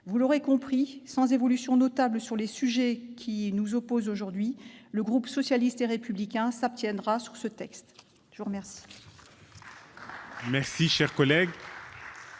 Vous l'aurez compris, sans évolution notable sur les sujets qui nous opposent, le groupe socialiste et républicain s'abstiendra sur ce texte. La parole